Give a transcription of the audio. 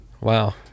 wow